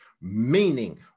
Meaning